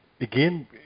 again